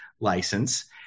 license